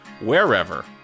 wherever